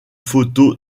photo